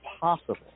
possible